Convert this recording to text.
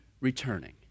returning